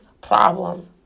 problem